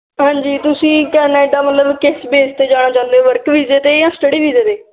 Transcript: ਹਾਂਜੀ ਤੁਸੀਂ ਕੈਨੇਡਾ ਮਤਲਬ ਕਿਸ ਬੇਸ 'ਤੇ ਜਾਣਾ ਚਾਹੁੰਦੇ ਹੋ ਵਰਕ ਵੀਜ਼ੇ 'ਤੇ ਜਾ ਸਟੱਡੀ ਵੀਜ਼ੇ 'ਤੇ